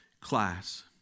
class